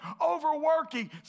overworking